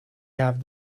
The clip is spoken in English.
have